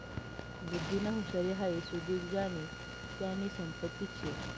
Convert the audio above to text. बुध्दीनी हुशारी हाई सुदीक ज्यानी त्यानी संपत्तीच शे